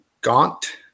Gaunt